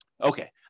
Okay